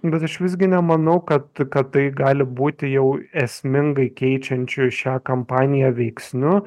bet aš visgi nemanau kad kad tai gali būti jau esmingai keičiančiu šią kampaniją veiksniu